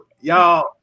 y'all